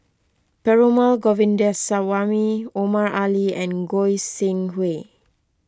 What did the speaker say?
Perumal Govindaswamy Omar Ali and Goi Seng Hui